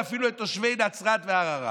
ואפילו את תושבי נצרת וערערה.